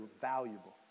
valuable